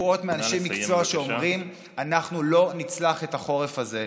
הן נבואות מאנשי מקצוע שאומרים: אנחנו לא נצלח את החורף הזה.